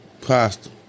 pasta